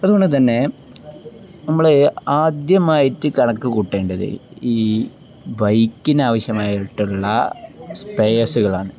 അതുകൊണ്ടുതന്നെ നമ്മള് ആദ്യമായിട്ടു കണക്കുകൂട്ടേണ്ടത് ഈ ബൈക്കിനാവശ്യമായിട്ടുള്ള സ്പെയേഴ്സുകളാണ്